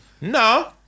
No